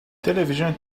television